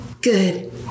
good